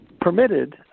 permitted